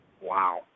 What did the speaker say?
Wow